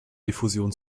diffusion